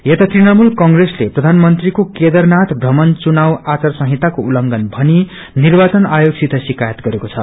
यता तृणमूल कंप्रेसले प्रधानमंत्रीको केदारनाथ प्रमण चुनाव आचार संहिताको उल्लंघन भनी निर्वाचन आयोगसित शिकायत गरेको छ